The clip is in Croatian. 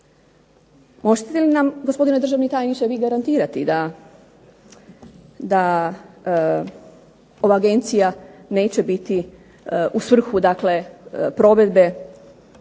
Možete li nam gospodine državni tajniče vi garantirati da ova Agencija neće biti u svrhu dakle provedbe